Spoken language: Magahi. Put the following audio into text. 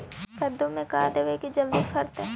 कददु मे का देबै की जल्दी फरतै?